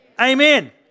Amen